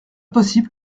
possible